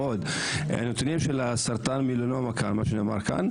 הנתונים של הסרטן מלנומה מה שנאמר פה,